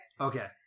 Okay